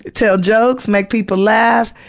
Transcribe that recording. tell jokes, make people laugh,